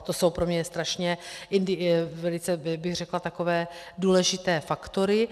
To jsou pro mě strašně, velice bych řekla takové důležité faktory.